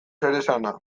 zeresana